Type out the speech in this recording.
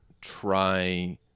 try